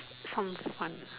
fun is fun lah